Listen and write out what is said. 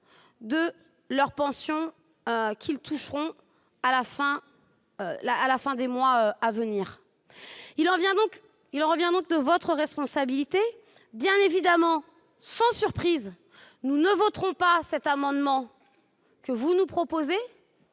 de la pension qu'ils toucheront à la fin des mois à venir. C'est donc votre responsabilité. Bien évidemment, sans surprise, nous ne voterons pas cet amendement que vous nous proposez.